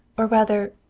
or rather,